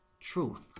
truth